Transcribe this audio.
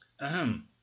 Ahem